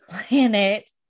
planet